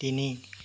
তিনি